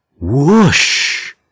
Whoosh